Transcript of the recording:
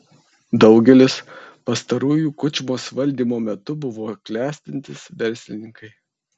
daugelis pastarųjų kučmos valdymo metu buvo klestintys verslininkai